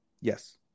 Yes